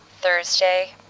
Thursday